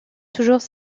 toujours